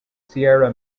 sierra